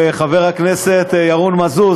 חבר הכנסת ירון מזוז,